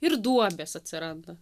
ir duobės atsiranda